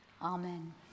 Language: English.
Amen